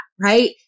right